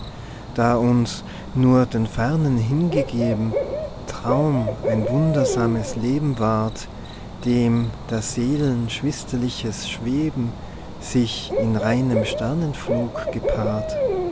da uns nur den fernen hingegeben traum ein wundersames leben ward dem der seelen schwisterliches schweben sich in reinem sternenflug gepaart